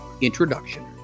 introduction